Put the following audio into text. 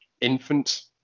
infant